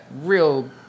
real